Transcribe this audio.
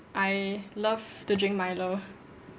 I love to drink milo